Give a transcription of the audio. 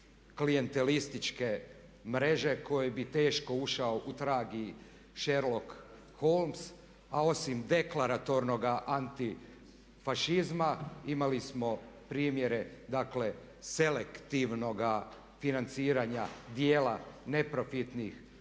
klijentelističke mreže kojoj bi teško ušao u trag i Sherlock Holmes, a osim deklaratornoga antifašizma imali smo primjere dakle selektivnog financiranja dijela neprofitnih